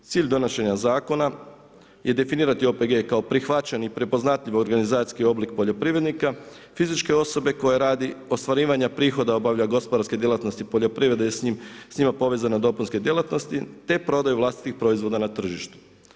Cilj donošenja zakona je definirati OPG kao prihvaćeni i prepoznatljivi organizacijski oblik poljoprivrednika, fizičke osobe koja radi, ostvarivanja prihoda obavljanja gospodarske djelatnosti poljoprivrede i s njima povezane dopunske djelatnosti te prodaju vlastitih proizvoda na tržištu.